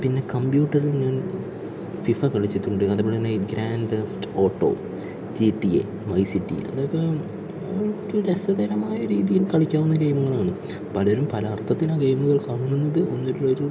പിന്നെ കമ്പ്യൂട്ടറിൽ ഞാൻ ഫിഫ കളിച്ചിട്ടുണ്ട് അതുപോലെ Grand Theft Auto G T A Vice City അതൊക്കെ രസകരമായ രീതിയിൽ കളിക്കാവുന്ന ഗെയിമുകളാണ് പലരും പല അർഥത്തിലാണ് ഗെയിമുകൾ കാണുന്നത് എന്നുള്ള ഒരു